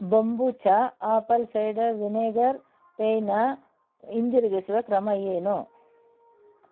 ಬೊಂಬೂಚ apple cider vinegar ಪೇಯನ ಹಿಂದಿರುಗಿಸೋ ಕ್ರಮ ಏನು